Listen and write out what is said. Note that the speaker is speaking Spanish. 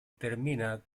termina